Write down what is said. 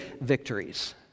victories